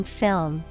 film